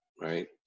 right